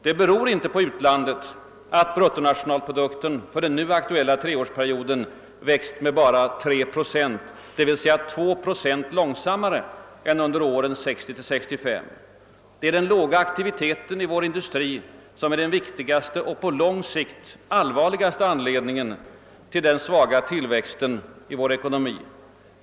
Det beror inte på utlandet, att bruttonationalprodukten för den nu aktuella treårsperioden växt med bara 3 procent, d. v. s. 2 procent långsammare än åren 1960—1965. Det är den låga aktiviteten i vår industri som är den viktigaste och på lång sikt allvarligaste anledningen till den svaga tillväxten i vår ekonomi.